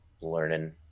learning